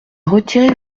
retirer